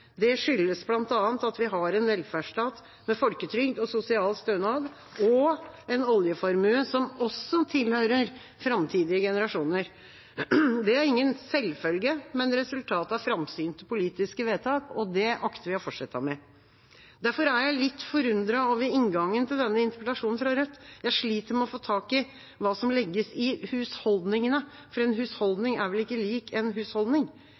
Det skyldes bl.a. at vi har en velferdsstat med folketrygd og sosial stønad – og en oljeformue, som også tilhører framtidige generasjoner. Det er ingen selvfølge, men resultatet av framsynte politiske vedtak. Det akter vi å fortsette med. Derfor er jeg litt forundret over inngangen til denne interpellasjonen fra Rødt. Jeg sliter med å få tak i hva som legges i «husholdningene». En husholdning er vel ikke lik en husholdning?